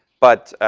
but,